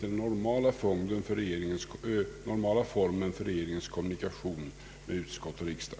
Det är inte den normala formen för regeringens kommunikation med utskott och riksdag.